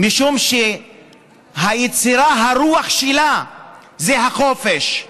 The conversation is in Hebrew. משום שהיצירה, הרוח שלה זה החופש.